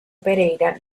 pereira